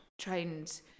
trained